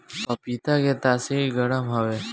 पपीता के तासीर गरम हवे